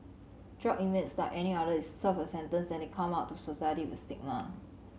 drug inmates like any other they serve a sentence and they come out to society with a stigma